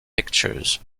pictures